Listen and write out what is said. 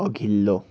अघिल्लो